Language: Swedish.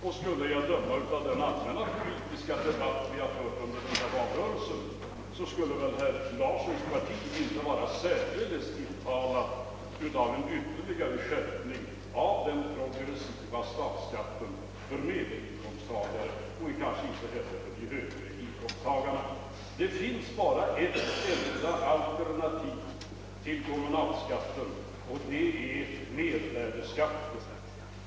Och skulle jag döma efter den allmänna politiska debatt som vi fört under den senaste valrörelsen, så måste jag säga mig att herr Larssons parti inte skulle vara särdeles tilltalat av en ytterligare skärpning av den progressiva statsskatten för medelinkomsttagare och kanske inte heller för de högre inkomsttagarna. Det finns bara ett enda alternativ till kommunalskatten och det är mervärdeskatten.